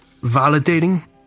validating